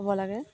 হ'ব লাগে